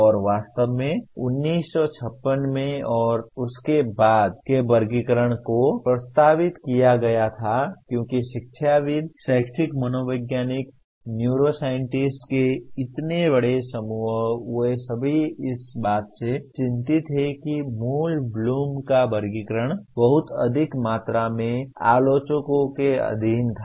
और वास्तव में 1956 में और this56 के बाद से वर्गीकरण को प्रस्तावित किया गया था क्योंकि शिक्षाविद शैक्षिक मनोवैज्ञानिक न्यूरोसाइंटिस्ट के इतने बड़े समूह वे सभी इस बात से चिंतित हैं कि मूल ब्लूम का वर्गीकरण बहुत अधिक मात्रा में आलोचकों के अधीन था